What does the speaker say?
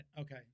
Okay